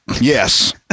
yes